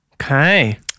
Okay